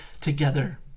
together